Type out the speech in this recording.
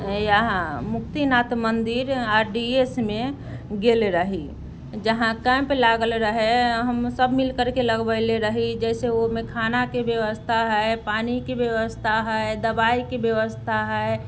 यहाँ मुक्तिनाथ मन्दिर R D S मे गेल रही जहाँ कैम्प लागल रहै हमसभ मिलकर लगबैले रही जैसे ओहिमे खानाके व्यवस्था हइ पानिके व्यवस्था हइ दबाइके व्यवस्था हइ